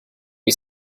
you